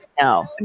No